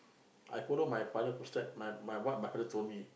I follow my father footstep my my what my father told me